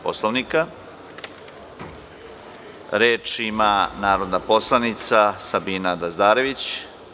Poslovnika? (Da) Reč ima narodna poslanica Sabina Dazdarević.